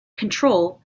control